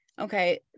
Okay